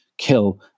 kill